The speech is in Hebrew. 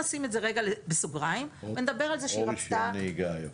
או רישיון נהיגה היום.